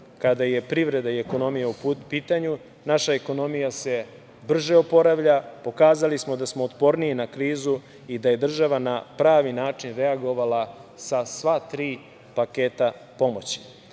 kada je privreda i ekonomija u pitanju. Naša ekonomija se brže oporavlja. Pokazali smo da smo otporniji na krizu i da je država na pravi način reagovala sa sva tri paketa pomoći. Država